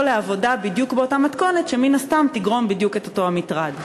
לעבודה בדיוק באותה מתכונת שמן הסתם תגרום בדיוק את אותו המטרד.